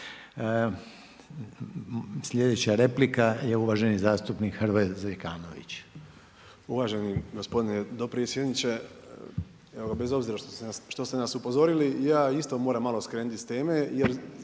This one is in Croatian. Sljedeća replika je uvaženi zastupnik Hrvoje Zekanović. **Zekanović, Hrvoje (HRAST)** Uvaženi gospodine dopredsjedniče. Bez obzira što ste nas upozorili ja isto moram malo skrenuti s teme jer